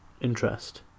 interest